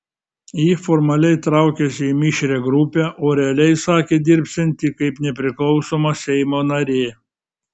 ji formaliai traukiasi į mišrią grupę o realiai sakė dirbsianti kaip nepriklausoma seimo narė